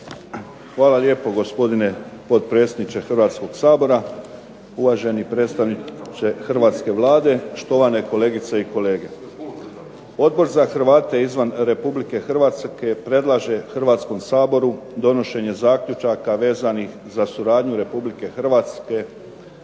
Hvala lijepo, gospodine potpredsjedniče Hrvatskoga sabora. Uvaženi predstavniče hrvatske Vlade. Štovane kolegice i kolege. Odbor za Hrvate izvan Republike Hrvatske predlaže Hrvatskom saboru donošen je zaključaka vezanih za suradnju Republike Hrvatske